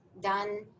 done